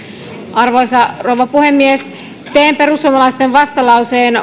arvoisa rouva puhemies teen perussuomalaisten vastalauseen